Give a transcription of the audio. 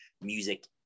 music